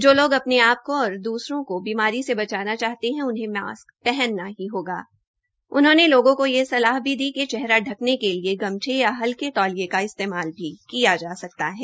जो लोग अपने आप को ओर द्रसरों को बीमारी से बचाना चाहते है उनहें लोगों को यह सलाह भी दी कि चेहरा ढकने के लिए गमछे या हलके तौलिये का इस्तेमाल भी किया जा सकता है